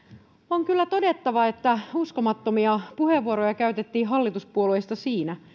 on kyllä todettava että uskomattomia puheenvuoroja käytettiin hallituspuolueista siinä